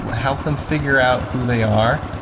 help them figure out who they are,